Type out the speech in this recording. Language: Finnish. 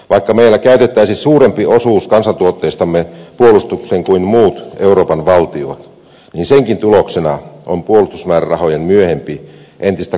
vaikka meillä käytettäisiin suurempi osuus kansantuotteestamme puolustukseen kuin muissa euroopan valtioissa senkin tuloksena on puolustusmäärärahojen myöhempi entistä kovempi pudotus